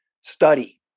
study